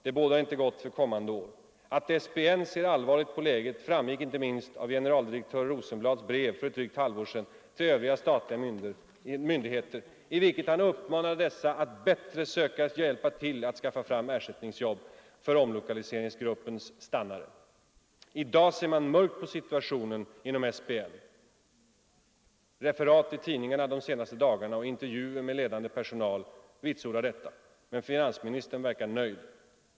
Det bådar inte gott för kommande år. Att personalnämnden ser allvarligt på läget framgick inte minst av generaldirektör Rosenblads brev, för ett drygt halvår sedan, till övriga statliga myndigheter, i vilket han uppmanade dessa att bättre söka hjälpa till att skaffa fram ersättningsjobb för omlokaliseringsgruppens ”stannare”. I dag ser man mörkt på situationen inom personalnämnden. Referat i tidningarna de senaste dagarna och intervjuer med ledande personal vitsordar detta. Men finansministern verkar nöjd.